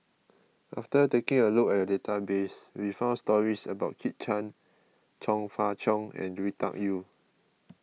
after taking a look at the database we found stories about Kit Chan Chong Fah Cheong and Lui Tuck Yew